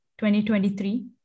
2023